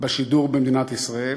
בשידור במדינת ישראל,